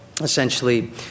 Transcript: essentially